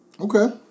Okay